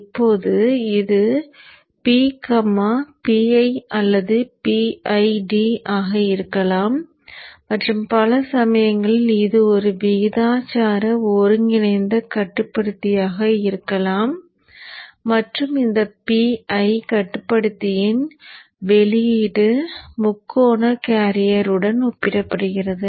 இப்போது இது P PI அல்லது PID ஆக இருக்கலாம் மற்றும் பல சமயங்களில் இது ஒரு விகிதாசார ஒருங்கிணைந்த கட்டுப்படுத்தியாக இருக்கலாம் மற்றும் இந்த PI கட்டுப்படுத்தியின் வெளியீடு முக்கோண கேரியருடன் ஒப்பிடப்படுகிறது